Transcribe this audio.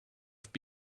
have